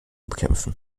bekämpfen